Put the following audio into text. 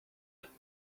world